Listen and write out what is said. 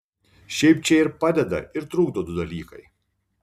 šiaip čia ir padeda ir trukdo du dalykai